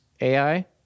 AI